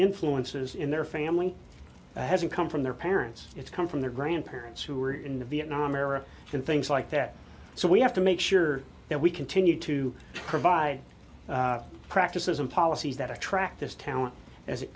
influences in their family hasn't come from their parents it's come from their grandparents who are in the vietnam era and things like that so we have to make sure that we continue to provide practices and policies that attract this talent as it